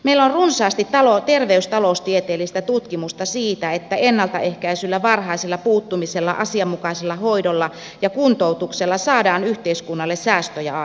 meillä on runsaasti terveystaloustieteellistä tutkimusta siitä että ennaltaehkäisyllä varhaisella puuttumisella asianmukaisella hoidolla ja kuntoutuksella saadaan yhteiskunnalle säästöjä aikaan